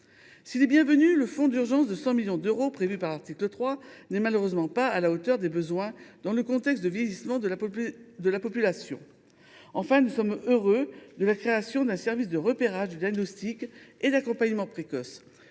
S’il est bienvenu, le fonds d’urgence de 100 millions d’euros prévu par l’article 3 n’est malheureusement pas à la hauteur des besoins dans le contexte de vieillissement de la population. Enfin, nous sommes heureux de la création d’un service de repérage, de diagnostic et d’intervention précoce.